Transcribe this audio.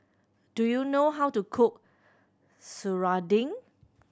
do you know how to cook serunding